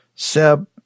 seb